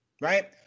right